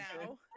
now